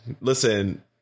Listen